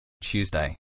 Tuesday